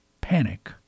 panic